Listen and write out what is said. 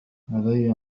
لدي